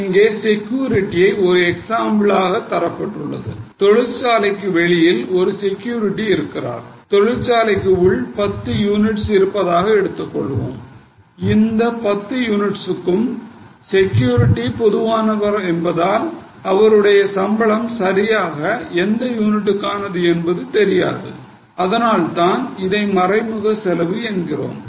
இங்கே செக்யூரிட்டியை ஒரு எக்ஸாம்பிள் ஆக தரப்பட்டுள்ளது தொழிற்சாலைக்கு வெளியில் ஒரு செக்யூரிட்டி உள்ளது தொழிற்சாலைக்கு உள் 10 யூனிட்ஸ் இருப்பதாக எடுத்துக்கொள்வோம் இந்த 10 யூனிட்டுக்கும் செக்யூரிட்டி பொதுவானவர் என்பதால் அவருடைய சம்பளம் சரியாக எந்த யூனிட்டுக்கானது என்பது தெரியாது அதனால்தான் இதை மறைமுக செலவு சொல்கிறோம்